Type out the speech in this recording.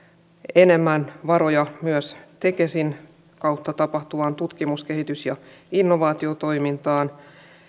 enemmän varoja myös tekesin kautta tapahtuvaan tutkimus kehitys ja innovaatiotoimintaan